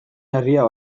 herria